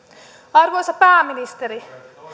arvoisa pääministeri